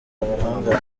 abahanga